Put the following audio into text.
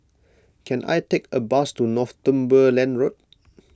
can I take a bus to Northumberland Road